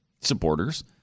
supporters